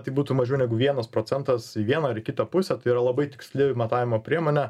tai būtų mažiau negu vienas procentas į vieną ar kitą pusę tai yra labai tiksli matavimo priemonė